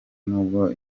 nubwo